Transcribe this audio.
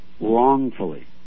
wrongfully